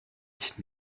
ich